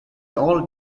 all